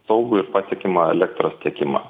saugų ir patikimą elektros tiekimą